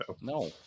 No